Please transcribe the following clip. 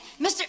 Mr